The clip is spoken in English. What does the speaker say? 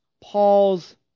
Paul's